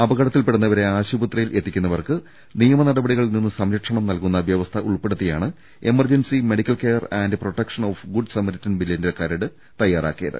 അപക ടത്തിൽപെടുന്നവരെ ആശുപത്രിയിൽ എത്തിക്കുന്നവർക്ക് നിയമനടപടിക ളിൽ നിന്ന് സംരക്ഷണം നൽകുന്നർവ്യവസ്ഥ ഉൾപ്പെടുത്തിയാണ് emergency medical care and protection of good samaritan ബില്ലിന്റെ കരട് തയ്യാറാക്കിയത്